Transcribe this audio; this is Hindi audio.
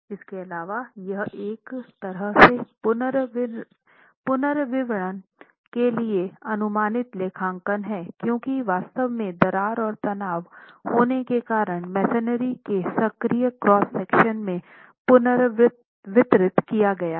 इसके अलावा यह एक तरह से पुनर्वितरण के लिए अनुमानित लेखांकन है क्योंकि वास्तव में दरार और तनाव होने के कारण मेसनरी के सक्रिय क्रॉस सेक्शन में पुनर्वितरित किया गया है